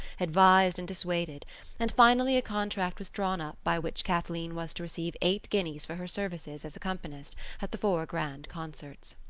advised and dissuaded and finally a contract was drawn up by which kathleen was to receive eight guineas for her services as accompanist at the four grand concerts.